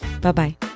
Bye-bye